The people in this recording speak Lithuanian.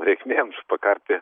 reikmėms pakarti